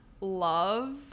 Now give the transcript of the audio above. love